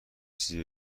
چیزی